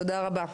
תודה רבה.